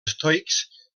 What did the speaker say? estoics